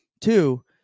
Two